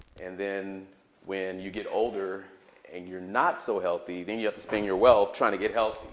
and then when you get older and you're not so healthy, then you have to spend your wealth trying to get healthy.